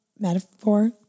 Metaphor